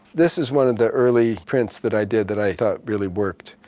this is one of the early prints that i did that i thought really worked.